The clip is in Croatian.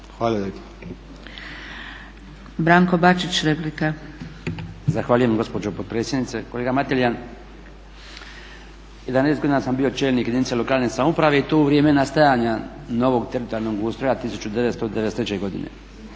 **Bačić, Branko (HDZ)** Zahvaljujem gospođo potpredsjednice. Kolega Mateljan, 11 godina sam bio čelnik jedinice lokalne samouprave i to u vrijeme nastajanja novog teritorijalnog ustroja 1993. godine.